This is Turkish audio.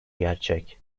gerçek